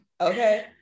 okay